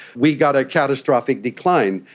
we got a catastrophic decline.